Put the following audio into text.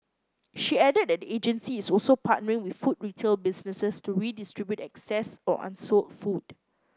she added that the agency is also partnering with food retail businesses to redistribute excess or unsold food